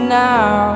now